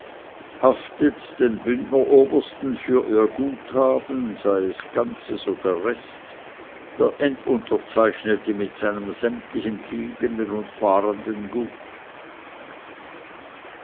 haftet den bündnerobersten für ihr guthaben sei es ganzes oder rest der endunterzeichnete mit seinem sämtlichen liegenden und fahrenden gut